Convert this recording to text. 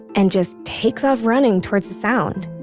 and just takes off running towards the sound.